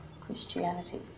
Christianity